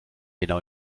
genau